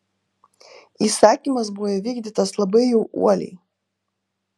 įsakymas buvo įvykdytas labai jau uoliai